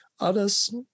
Others